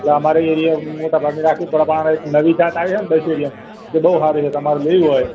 એટલે અમારા એરિયે મોટા ભાગની રાખવી પડે પણ એક નવી જાત આવી છે ને દશેરી એમ એ બહુ સારી છે તમારે લેવી હોય